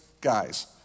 guys